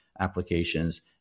applications